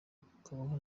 ukabaho